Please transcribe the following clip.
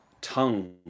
tongue